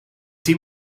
tien